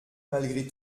malgré